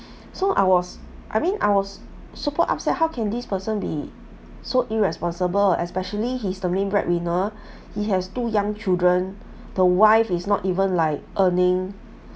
so I was I mean I was super upset how can this person be so irresponsible especially he's the main breadwinner he has two young children the wife is not even like earning